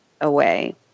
away